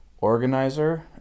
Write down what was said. organizer